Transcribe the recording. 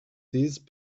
these